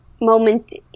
moment